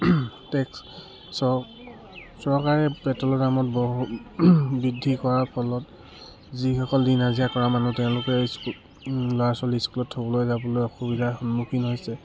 tax চৰ চৰকাৰে পেট্ৰলৰ দামত বহু বৃদ্ধি কৰাৰ ফলত যিসকল দিন হাজিৰা কৰা মানুহ তেওঁলোকে ল'ৰা ছোৱালী স্কুলত থ'বলৈ যাবলৈ অসুবিধাৰ সন্মুখীন হৈছে